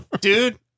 Dude